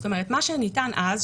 זאת אומרת מה שניתן אז,